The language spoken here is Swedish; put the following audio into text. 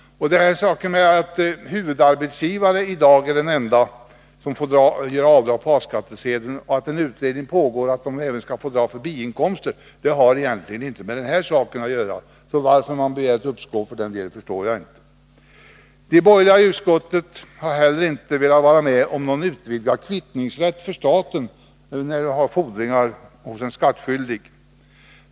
Det förhållandet att endast huvudarbetsgivare får göra avdrag på A-skattesedeln och att utredning pågår om att dessa även skall få göra avdrag för biinkomster har egentligen inte med den här saken att göra. Så varför man begär uppskov med den delen förstår jag inte. De borgerliga i utskottet har heller inte velat vara med om en något utvidgad kvittningsrätt för staten för dess fordringar hos en skattskyldig.